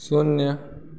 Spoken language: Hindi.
शून्य